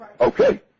Okay